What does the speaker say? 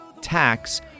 tax